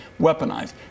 weaponized